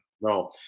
No